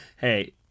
hey